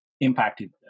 impacted